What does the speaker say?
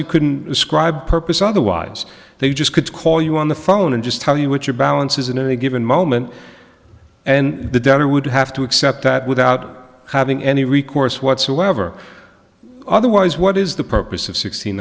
you couldn't describe purpose otherwise they just could call you on the phone and just tell you what your balance is in any given moment and the debtor would have to accept that without having any recourse whatsoever otherwise what is the purpose of six